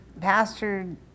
Pastor